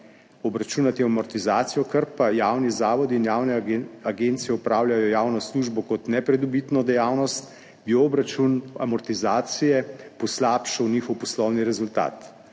obračunati amortizacijo, ker pa javni zavodi in javne agencije opravljajo javno službo kot nepridobitno dejavnost, bi obračun amortizacije poslabšal njihov poslovni rezultat,